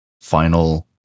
final